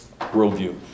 worldview